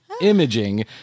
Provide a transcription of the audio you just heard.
imaging